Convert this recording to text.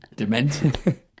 Demented